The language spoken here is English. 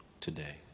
today